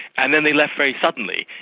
and then they left very suddenly,